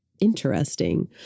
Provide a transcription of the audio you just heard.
interesting